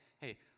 hey